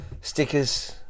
stickers